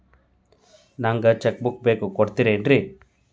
ನಂಗ cheque book ಬೇಕು ಕೊಡ್ತಿರೇನ್ರಿ?